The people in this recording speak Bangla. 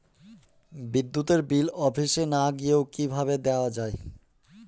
বিদ্যুতের বিল অফিসে না গিয়েও কিভাবে দেওয়া য়ায়?